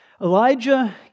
Elijah